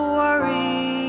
worry